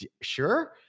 sure